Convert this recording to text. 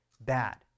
bad